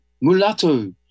mulatto